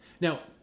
Now